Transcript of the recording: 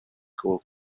gold